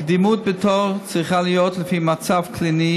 קדימות בתור צריכה להיות לפי מצב קליני